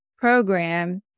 program